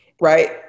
right